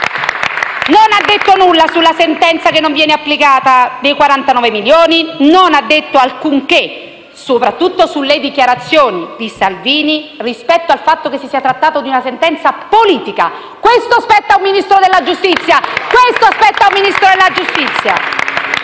Non ha detto nulla sulla sentenza dei 49 milioni che non viene applicata, né ha detto alcunché soprattutto sulle dichiarazioni di Salvini rispetto al fatto che si sia trattato di una sentenza politica. Questo spetta a un Ministro della giustizia!